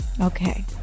Okay